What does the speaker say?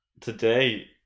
today